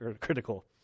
critical